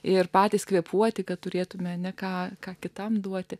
ir patys kvėpuoti kad turėtumėme ne ką ką kitam duoti